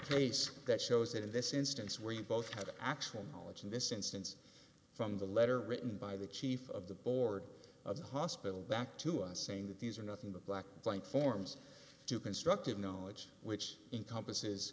case that shows that in this instance where you both had actual knowledge in this instance from the letter written by the chief of the board of the hospital back to us saying that these are nothing but black blank forms do constructive knowledge which encompasses